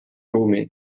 ruumi